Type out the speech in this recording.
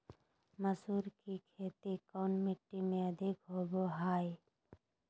मसूर की खेती कौन मिट्टी में अधीक होबो हाय?